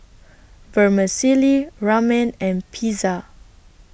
Vermicelli Ramen and Pizza